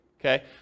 okay